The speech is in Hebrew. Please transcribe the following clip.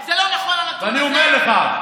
זה לא נכון, הנתון הזה.